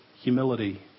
humility